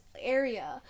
area